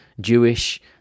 jewish